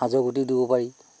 সাঁজৰ গুটি দিব পাৰি